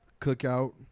cookout